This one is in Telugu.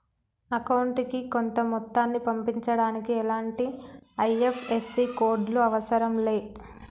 అకౌంటుకి కొంత మొత్తాన్ని పంపించడానికి ఎలాంటి ఐ.ఎఫ్.ఎస్.సి కోడ్ లు అవసరం లే